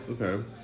Okay